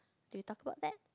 did we talk about that